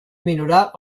minorar